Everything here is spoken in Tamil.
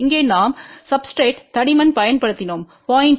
இங்கே நாம் சப்ஸ்டிரேட்றின் தடிமன் பயன்படுத்தினோம் 0